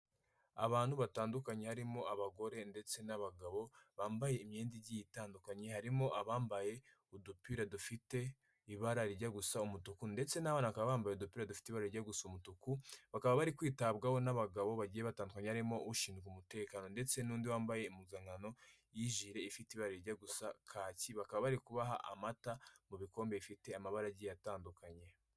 Abantu batandukanye harimo abagore ndetse n'abagabo bambaye imyenda igiye itandukanye. Harimo abambaye udupira dufite ibara rijya gusa umutuku ndetse n'abana bakaba bambaye udupira dufite iba rijya gusa umutuku. Bakaba barikwitabwaho n'abagabo bagiye batandukanye harimo ushinzwe umutekano, ndetse n'undi wambaye impuzankano y'ijire ifite ibara rijya gusa kaki. Bakaba barikubaha amata mu bikombe bifite amabara agiye atandukanye.